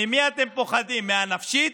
ממי אתם פוחדים, מהנפשית?